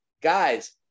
guys